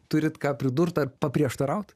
turit ką pridurt ar paprieštaraut